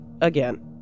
again